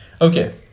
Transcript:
okay